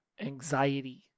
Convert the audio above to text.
anxiety